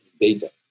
data